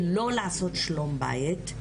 היא לא לעשות שלום בית,